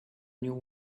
new